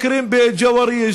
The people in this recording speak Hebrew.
ג'ואריש?